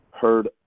heard